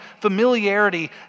familiarity